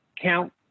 count